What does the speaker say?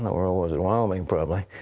inoh, where ah was it wyoming, probably.